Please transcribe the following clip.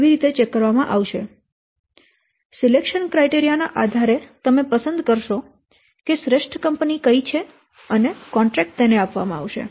તેથી selection criteria ના આધારે તમે પસંદ કરશો કે શ્રેષ્ઠ કંપની કઈ છે અને કોન્ટ્રેક્ટ તેને આપવામાં આવશે